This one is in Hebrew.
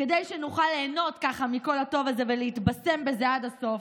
כדי שנוכל ליהנות מכל הטוב הזה ולהתבשם בזה עד הסוף,